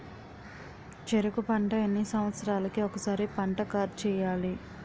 చెరుకు పంట ఎన్ని సంవత్సరాలకి ఒక్కసారి పంట కార్డ్ చెయ్యాలి?